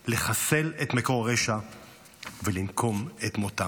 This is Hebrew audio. לחסל את מקור הרשע ולנקום את מותם.